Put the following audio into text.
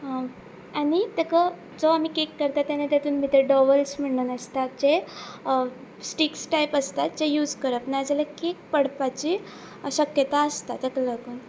आनी ताका आमी केक करता तेन्ना तेतून भितर डवल्स म्हण आसतात जे स्टिक्स टायप आसतात जे यूज करप नाजाल्या केक पडपाची शक्यता आसता ताका लागून